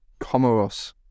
Comoros